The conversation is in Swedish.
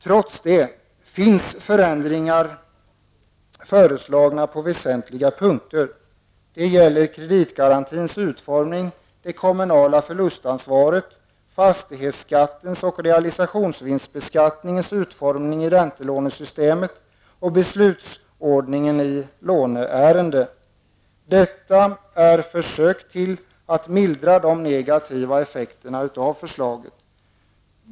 Trots detta finns förändringar föreslagna på väsentliga punkter. Det gäller kreditgarantins utformning, det kommunala förlustansvaret, fastighetsskattens och realisationsvinstbeskattningens utformning i räntelånesystemet och beslutsordningen i låneärenden. Detta är försök till att mildra de negativa effekterna av förslaget.